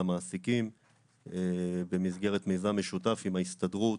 המעסיקים במסגרת מיזם משותף עם ההסתדרות